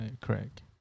correct